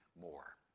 more